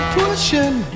pushing